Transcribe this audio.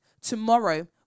Tomorrow